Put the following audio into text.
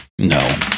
No